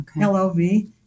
l-o-v